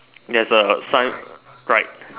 there's a sign right